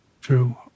true